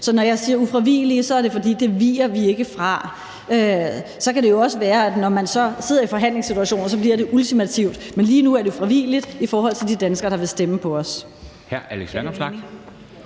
Så når jeg siger ufravigelige, er det, fordi vi ikke viger fra det. Så kan det jo også være, at når man sidder i forhandlingssituationer, så bliver det ultimativt. Men lige nu er det ufravigeligt i forhold til de danskere, der vil stemme på os.